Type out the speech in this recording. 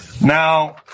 Now